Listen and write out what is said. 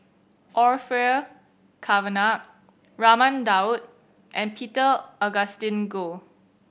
Orfeur Cavenagh Raman Daud and Peter Augustine Goh